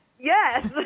Yes